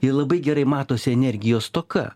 ji labai gerai matosi energijos stoka